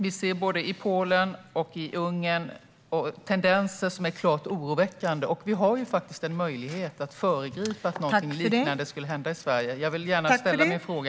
Vi ser i både Polen och Ungern tendenser som är klart oroväckande, och vi har en möjlighet att föregripa att något liknande händer i Sverige. Därför kvarstår min fråga.